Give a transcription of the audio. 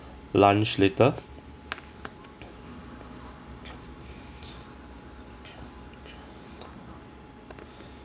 lunch later